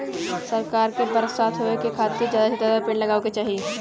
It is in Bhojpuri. सरकार के बरसात होए के खातिर जादा से जादा पेड़ लगावे के चाही